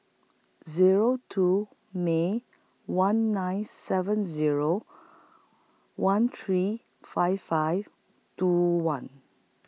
Zero two May one nine seven Zero one three five five two one